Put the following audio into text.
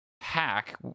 hack